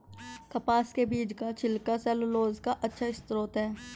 कपास के बीज का छिलका सैलूलोज का अच्छा स्रोत है